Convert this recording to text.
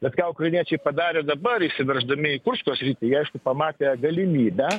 bet ką ukrainiečiai padarė dabar įsiverždami į kursko sritį jie aišku pamatė galimybę